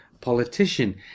politician